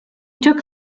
took